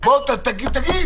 תגיד.